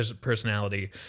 personality